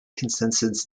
consensus